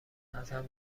ازم